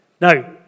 Now